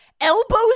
elbows